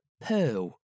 Pearl